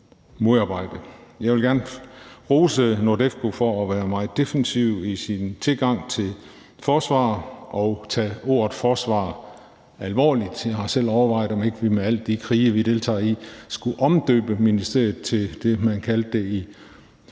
Jeg vil gerne rose NORDEFCO for at være meget defensive i sin tilgang til forsvar og tage ordet forsvar alvorligt. Jeg har selv overvejet, om vi ikke med alle de krige, vi deltager i, skulle kunne omdøbe ministeriet til det, man kaldte det i